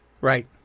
Right